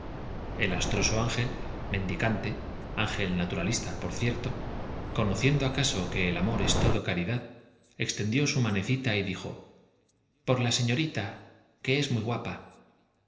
el astroso ángel mendicante ángel naturalista por cierto conociendo acaso que el amor es todo caridad exten dió su manecita y dijo i por la señorita muy guapa